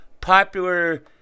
popular